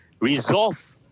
resolve